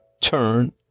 turn